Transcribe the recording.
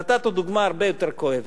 נתת דוגמה הרבה יותר כואבת,